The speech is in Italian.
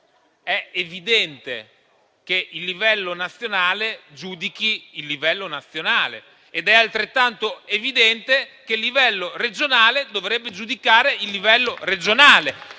è evidente che il livello nazionale giudichi il livello nazionale ed è altrettanto evidente che il livello regionale dovrebbe giudicare il livello regionale.